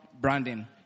branding